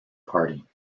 party